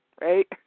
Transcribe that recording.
Right